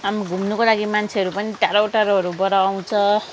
आम्ममा घुम्नुको लागि मान्छेहरू पनि टाढो टाढोहरूबाट आउँछ